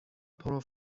پرو